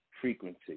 frequency